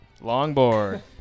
Longboard